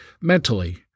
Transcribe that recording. mentally